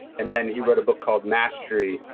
and then he wrote a book called mastery,